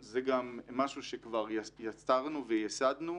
זה גם משהו שכבר יצרנו ויסדנו.